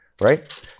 right